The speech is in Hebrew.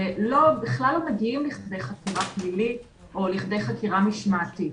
בכלל לא מגיעים לכדי חקירה פלילית או לכדי חקירה משמעתית.